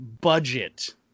Budget